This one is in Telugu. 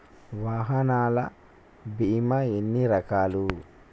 వాహనాల బీమా ఎన్ని రకాలు?